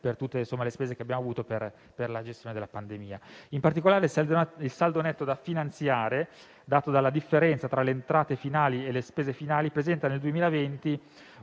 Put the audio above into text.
a tutte le spese che abbiamo dovuto sostenere per la gestione della pandemia. In particolare, il saldo netto da finanziare, dato dalla differenza tra le entrate finali e le spese finali, presenta nel 2020